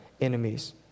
enemies